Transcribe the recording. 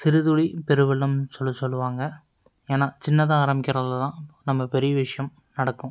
சிறுதுளி பெருவெள்ளம் சொல்லி சொல்லுவாங்க ஏனால் சின்னதாக ஆரம்பிக்கிறதுதான் நம்ம பெரிய விஷயம் நடக்கும்